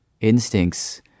instincts